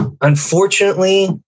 unfortunately